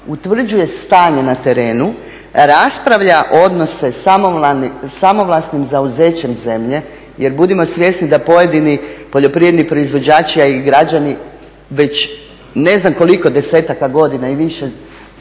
utvrđuje stanje na terenu, raspravlja odnose samovlasnim zauzećem zemlje jer budimo svjesni da pojedini poljoprivredni proizvođači, a i građani već ne znam koliko desetaka godina i više